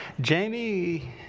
Jamie